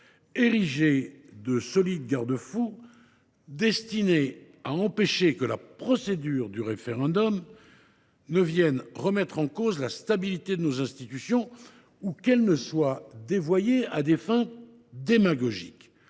érigé de solides garde fous destinés à empêcher que la procédure du référendum d’initiative partagée vienne remettre en cause la stabilité de nos institutions ou qu’elle soit dévoyée à des fins démagogiques.